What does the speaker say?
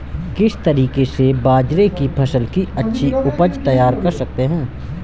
किस तरीके से बाजरे की फसल की अच्छी उपज तैयार कर सकते हैं?